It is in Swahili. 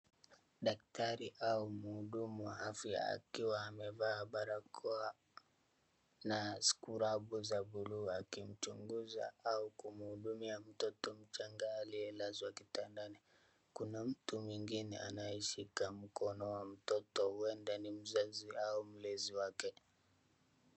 Daktari au muhudumu wa afya akiwa amevaa barakoa na skurabu za bluu, akimchunguza au kumhudumia mtoto mchanga aliyelazwa kitandani. Kuna mtu mwingine anayeshika mkono wa mtoto, huenda ni mzazi au mlezi wake.